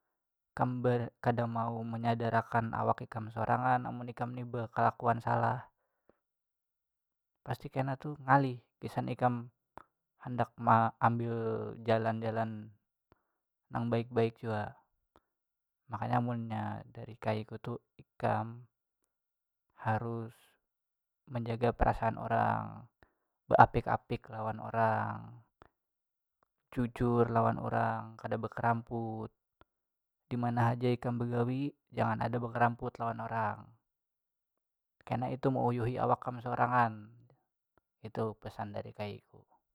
Kam be- kada mau menyadar akan awak ikam sorangan amun ikam ni bekelakuan ni salah, pasti kena tu ngalih gasan ikam handak maambil jalan jalan nang baik baik jua makanya munnya dari kaiku tu ikam harus menjaga perasaan orang, beapik apik lawan orang, jujur lawan orang kada bekeramput, dimana haja ikam begawi jangan ada bekeramput lawan orang, kena itu meuyuhi awak kam sorangan itu pesan dari kaiku.